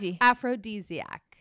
aphrodisiac